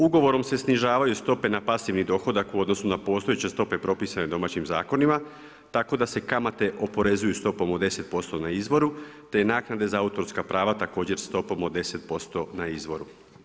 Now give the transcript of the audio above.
Ugovorom se snižavaju stope na pasivni dohodak u odnosu na postojeće stope propisane domaćim zakonima tako da se kamate oporezuju stopom od 10% na izvoru te naknade za autorska prava također stopom od 10% na izvoru.